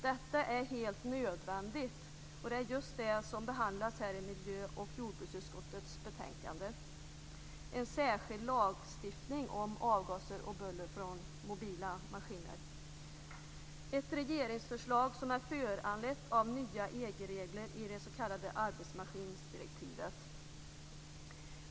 Detta är helt nödvändigt, och det är just det som behandlas i miljö och jordbruksutskottets betänkande - en särskild lagstiftning om avgaser och buller från mobila maskiner. Det är ett regeringsförslag som är föranlett av nya EG-regler i det s.k. arbetsmaskindirektivet.